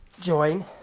join